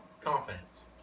Confidence